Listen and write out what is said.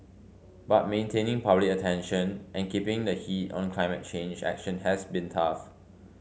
but maintaining public attention and keeping the heat on climate change action has been tough